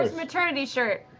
maternity shirt.